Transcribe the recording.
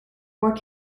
more